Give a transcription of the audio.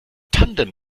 tandem